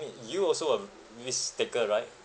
you also a risk taker right